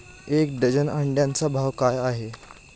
एक डझन अंड्यांचा भाव काय आहे?